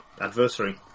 adversary